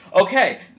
Okay